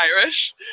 Irish